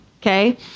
Okay